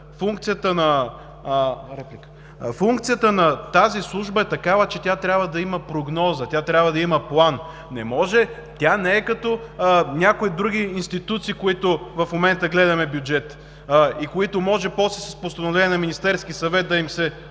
функцията на тази служба е такава, че тя трябва да има прогноза, тя трябва да има план. Тя не е като някои други институции, които в момента гледаме – бюджет, и после може с постановление на Министерския съвет да бъдат